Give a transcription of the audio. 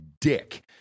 dick